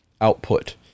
output